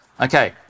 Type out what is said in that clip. Okay